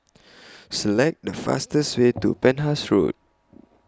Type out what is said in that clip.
Select The fastest Way to Penhas Road